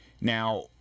Now